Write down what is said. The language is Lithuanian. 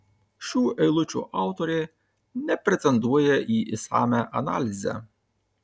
šių eilučių autorė nepretenduoja į išsamią analizę